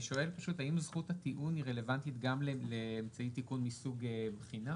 אני שואל האם זכות הטיעון היא רלוונטית גם לאמצעי תיקון מסוג בחינה?